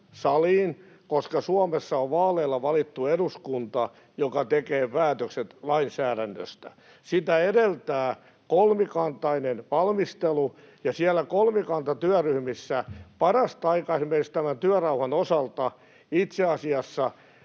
koska Suomessa on vaaleilla valittu eduskunta, joka tekee päätökset lainsäädännöstä. Sitä edeltää kolmikantainen valmistelu, ja siellä kolmikantatyöryhmissä parasta aikaa esimerkiksi tämän työrauhan osalta — itse asiassa